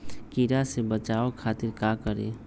कीरा से बचाओ खातिर का करी?